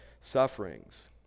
sufferings